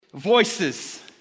Voices